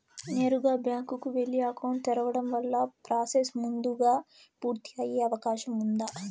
నేరుగా బ్యాంకు కు వెళ్లి అకౌంట్ తెరవడం వల్ల ప్రాసెస్ ముందుగా పూర్తి అయ్యే అవకాశం ఉందా?